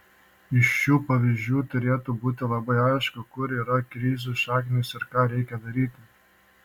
iš šių pavyzdžių turėtų būti labai aišku kur yra krizių šaknys ir ką reikia daryti